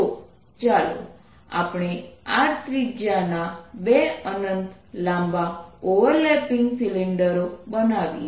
તો ચાલો આપણે R ત્રિજ્યાના 2 અનંત લાંબા ઓવરલેપિંગ સિલિન્ડરો બનાવીએ